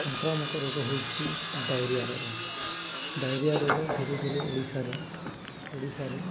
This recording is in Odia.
ସଂକ୍ରାମକ ରୋଗ ହଉଛି ଡାଇରିଆ ରୋଗ ଡାଇରିଆ ରୋଗ ଧୀରେ ଧୀରେ ଓଡ଼ିଶାରେ ଓଡ଼ିଶାରେ